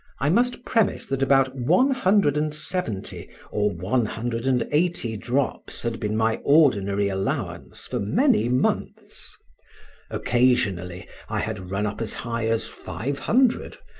i must premise that about one hundred and seventy or one hundred and eighty drops had been my ordinary allowance for many months occasionally i had run up as high as five hundred,